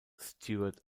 stuart